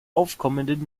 aufkommenden